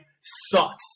sucks